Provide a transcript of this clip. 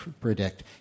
predict